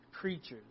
creatures